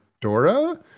Dora